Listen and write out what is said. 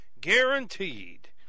Guaranteed